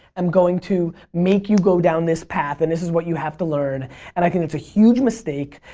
am going to make you go down this path and this is what you have to learn and i think it's a huge mistake.